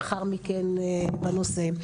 לאחר מכן בנושא.